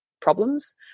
problems